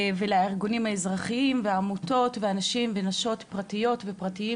ולארגונים האזרחיים והעמותות והאנשים ונשות פרטיות ופרטיים